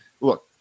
Look